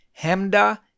Hemda